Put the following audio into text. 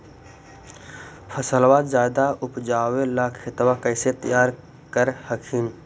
फसलबा ज्यादा उपजाबे ला खेतबा कैसे तैयार कर हखिन?